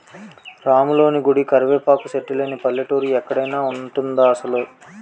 రాములోని గుడి, కరివేపాకు సెట్టు లేని పల్లెటూరు ఎక్కడైన ఉంటదా అసలు?